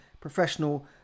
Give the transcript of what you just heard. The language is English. professional